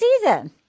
season